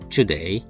Today